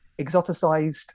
exoticized